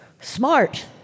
Smart